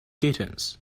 kittens